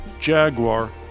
Jaguar